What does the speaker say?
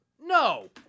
No